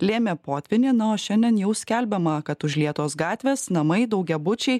lėmė potvynį na o šiandien jau skelbiama kad užlietos gatvės namai daugiabučiai